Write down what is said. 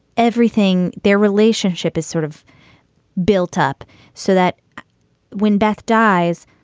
everything their relationship is sort of built up so that when beth dies,